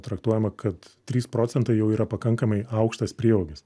traktuojama kad trys procentai jau yra pakankamai aukštas prieaugis